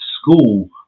school